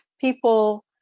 people